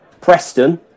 Preston